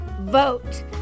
vote